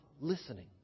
listening